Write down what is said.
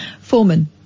Foreman